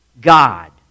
God